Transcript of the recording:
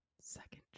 second